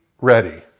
ready